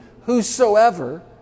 Whosoever